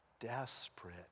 desperate